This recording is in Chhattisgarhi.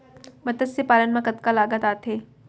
मतस्य पालन मा कतका लागत आथे?